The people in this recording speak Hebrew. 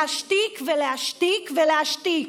להשתיק ולהשתיק ולהשתיק.